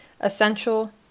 Essential